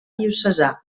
diocesà